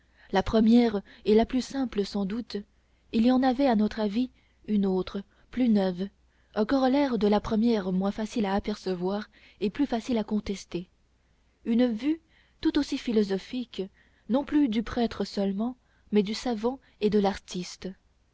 la première et la plus simple sans doute il y en avait à notre avis une autre plus neuve un corollaire de la première moins facile à apercevoir et plus facile à contester une vue tout aussi philosophique non plus du prêtre seulement mais du savant et de l'artiste